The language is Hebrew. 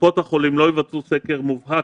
קופות החולים לא יבצעו סקר מובהק,